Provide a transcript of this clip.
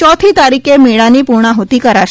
ચોથી તારીખે મેળાની પૂર્ણાહૂર્તિ કરાશે